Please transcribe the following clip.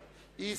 ההסתייגות,